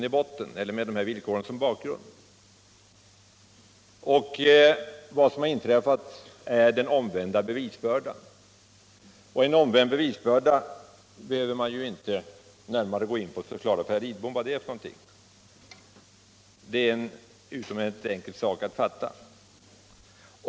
Torsdagen den Vad som har inträffat är tillämpningen av den omvända bevisbördan. 11 november 1976 Vad detta innebär borde man inte behöva närmare förklara för herr Lid= = bom. Det är en utomordentligt enkel sak att fatta.